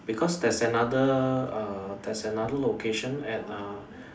because there's another err there's another location at uh